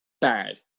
bad